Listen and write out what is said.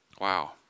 Wow